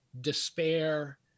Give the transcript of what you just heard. despair